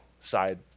side